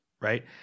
right